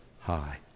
high